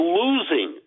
losing